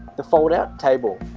the fold-out table